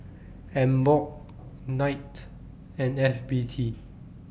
Emborg Knight and F B T